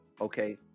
okay